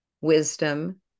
wisdom